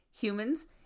humans